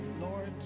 Lord